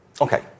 Okay